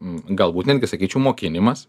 galbūt netgi sakyčiau mokinimas